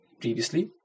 previously